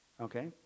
Okay